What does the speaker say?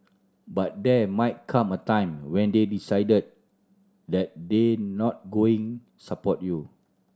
but there might come a time when they decided that they not going support you